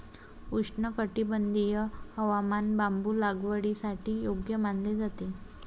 उष्णकटिबंधीय हवामान बांबू लागवडीसाठी योग्य मानले जाते